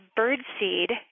birdseed